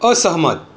असहमत